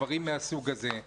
דברים מהסוג הזה.